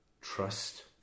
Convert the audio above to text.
trust